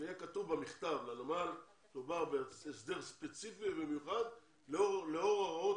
יהיה כתוב במכתב לנמל שמדובר בהסדר ספציפי ומיוחד לאור הוראות